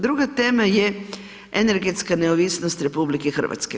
Druga tema je energetska neovisnost RH.